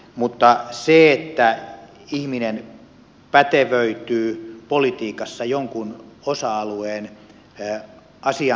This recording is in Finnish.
mutta se että ihminen pätevöityy politiikassa jonkun osa alueen herkkä asia